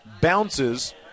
bounces